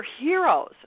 heroes